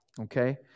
Okay